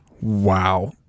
Wow